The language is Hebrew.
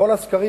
בכל הסקרים,